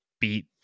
beat